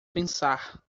pensar